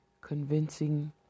convincing